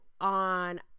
on